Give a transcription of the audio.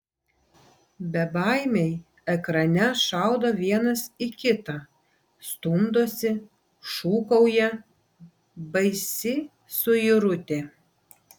bebaimiai ekrane šaudo vienas į kitą stumdosi šūkauja baisi suirutė